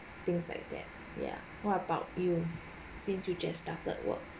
things like that yeah what about you since you just started work